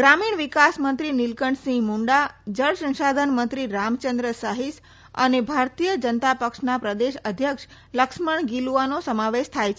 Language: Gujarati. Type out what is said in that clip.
ગ્રામીણ વિકાસ મંત્રી નિલકંઠ સિંહ મુંડા જળસંસાધન મંત્રી રામચંદ્ર સાહિસ અને ભારતીય જનતા પક્ષના પ્રદેશ અધ્યક્ષ લક્ષ્મણ ગિલુઆનો સમાવેશ થાય છે